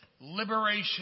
Liberation